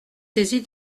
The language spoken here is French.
saisie